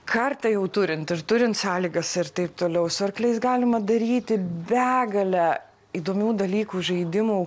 kartą jau turint ir turint sąlygas ir taip toliau su arkliais galima daryti begalę įdomių dalykų žaidimų